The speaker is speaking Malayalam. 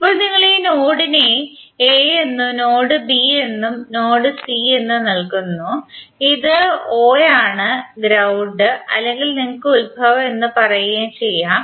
ഇപ്പോൾ നിങ്ങൾ ഈ നോഡിനെ a എന്നും ഈ നോഡ് b എന്നും ഈ നോഡ് c എന്നും നൽകുകയും ഇത് o ആണ് ഗ്രൌണ്ട് അല്ലെങ്കിൽ നിങ്ങൾക്ക് ഉത്ഭവം എന്ന് പറയുകയും ചെയ്യാം